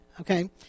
Okay